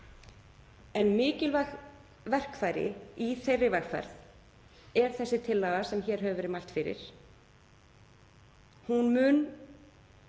en mikilvægt verkfæri í þeirri vegferð er þessi tillaga sem hér hefur verið mælt fyrir. Hún mun